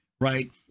right